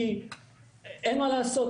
כי אין מה לעשות,